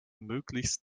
möglichst